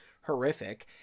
horrific